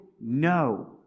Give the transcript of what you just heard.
no